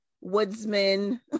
woodsman